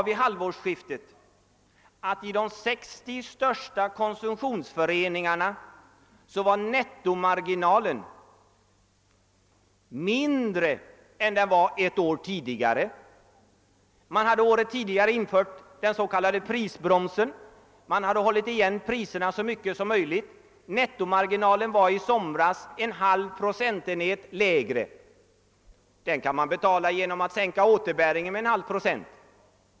Vid halvårsskiftet var i de 60 största konsumtionsföreningarna nettomarginalen mindre än ett år tidigare. Man hade ett år tidigare infört den s.k. prisbromsen och hållit igen priserna så mycket som möjligt. Nettomarginalen var i somras 1 2 procent.